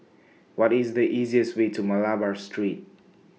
What IS The easiest Way to Malabar Street